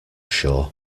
sure